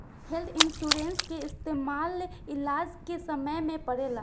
health insurance के इस्तमाल इलाज के समय में पड़ेला